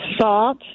Salt